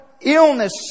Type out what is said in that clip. illness